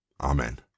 Amen